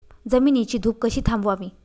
जमिनीची धूप कशी थांबवावी?